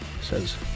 Says